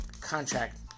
contract